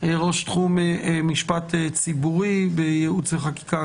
ראש תחום משפט ציבורי בייעוץ וחקיקה,